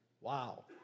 Wow